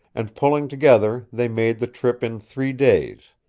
and pulling together they made the trip in three days,